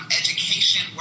education